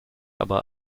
aber